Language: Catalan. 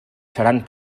seran